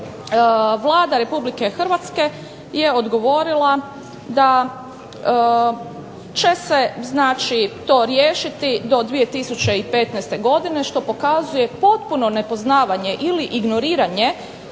Vlada Republike Hrvatske je odgovorila da će se snaći to riješiti do 2015. godine što pokazuje potpuno nepoznavanje ili ignoriranje